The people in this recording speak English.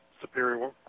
superior